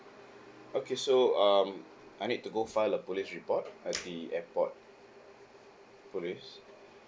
okay so um I need to go file a police report at the airport police